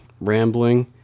rambling